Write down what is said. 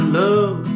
love